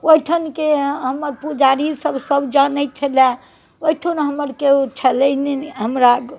ओहिठामके हमर पुजारी सब सब जानै छलै ओहिठाम हमर केओ छलै नहि हमरा